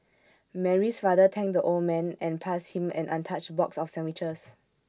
Mary's father thanked the old man and passed him an untouched box of sandwiches